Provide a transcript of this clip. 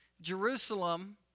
Jerusalem